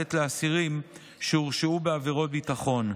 לתת לאסירים שהורשעו בעבירות ביטחון.